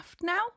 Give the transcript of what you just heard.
now